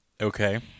Okay